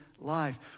life